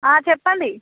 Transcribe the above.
చెప్పండి